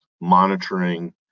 monitoring